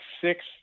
six